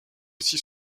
aussi